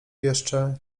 jeszcze